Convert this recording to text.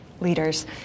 leaders